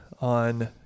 on